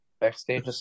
Backstage